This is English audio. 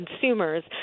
consumers